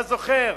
אתה זוכר,